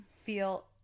feel